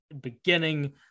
beginning